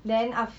then af~